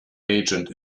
agent